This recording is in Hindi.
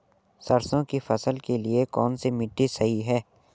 सरसों की फसल के लिए कौनसी मिट्टी सही हैं?